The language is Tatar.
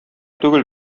түгел